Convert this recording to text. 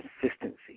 consistency